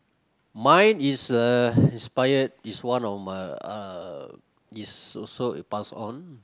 mine is uh inspired is one of my uh is also passed on